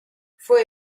fue